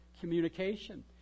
communication